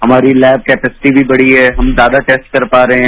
हमारी तैव कंपिसिटी भी बढ़ी है हम ज्यादा टेस्ट कर पा रहे हैं